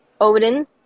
Odin